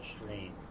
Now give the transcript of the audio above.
stream